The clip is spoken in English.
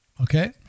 Okay